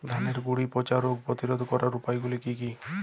ধানের গুড়ি পচা রোগ প্রতিরোধ করার উপায়গুলি কি কি?